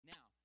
Now